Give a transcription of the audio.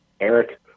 Eric